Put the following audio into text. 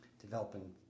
developing